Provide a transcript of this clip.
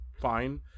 fine